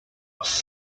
was